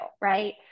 right